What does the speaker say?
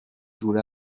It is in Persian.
دور